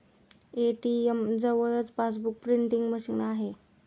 ATM जवळच passbook printing machine आहे